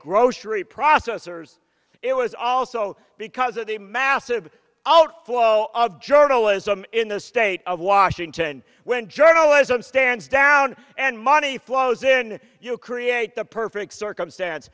grocery processors it was also because of the massive outflow of journalism in the state of washington when journalism stands down and money flows in you create the perfect circumstance